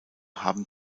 haben